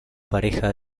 pareja